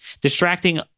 distracting